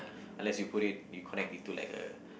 unless you put it you connect it to like a